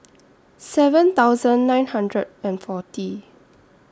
seven thousand nine hundred and forty